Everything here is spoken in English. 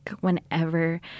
whenever